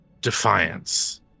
Defiance